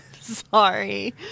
Sorry